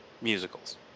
musicals